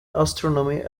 astronomy